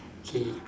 K